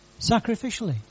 sacrificially